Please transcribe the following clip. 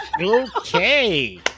Okay